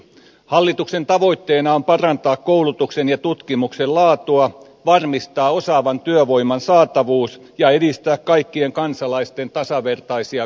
hallituksen tavoitteena on parantaa koulutuksen ja tutkimuksen laatua varmistaa osaavan työvoiman saatavuus ja edistää kaikkien kansalaisten tasavertaisia koulutusmahdollisuuksia